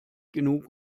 genug